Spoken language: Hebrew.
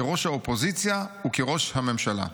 כראש האופוזיציה וכראש הממשלה.